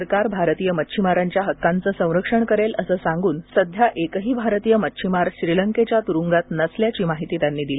सरकार भारतीय मच्छिमारांच्या हक्कांचं संरक्षण करेल असं सांगून सध्या एकही भारतीय मच्छीमार श्रीलंकेच्या तुरुंगात नसल्याची माहिती त्यांनी दिली